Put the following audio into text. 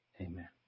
Amen